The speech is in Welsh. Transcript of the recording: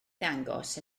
ddangos